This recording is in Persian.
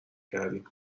کردیم